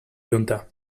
junta